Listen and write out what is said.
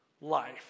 life